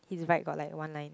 in right got like one line